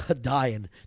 dying